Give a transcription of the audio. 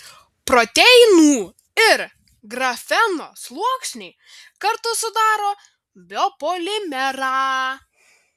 proteinų ir grafeno sluoksniai kartu sudaro biopolimerą